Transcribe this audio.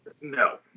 No